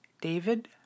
David